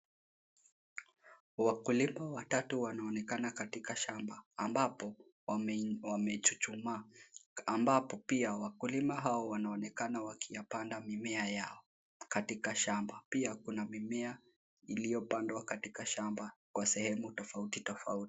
Wakulima watatu wanaonekana katika shamba ambapo wamechuchumaa, ambapo pia wakulima hao wanaonekana wakiyapanda mimea yao, katika shamba, pia kuna mimea iliyopandwa katika shamba kwa sehemu tofauti tofauti.